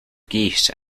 geese